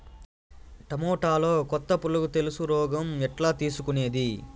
టమోటాలో కొత్త పులుగు తెలుసు రోగం ఎట్లా తెలుసుకునేది?